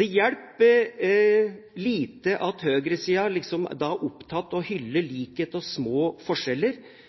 Det hjelper lite at høyresiden er opptatt av å hylle likhet og små forskjeller,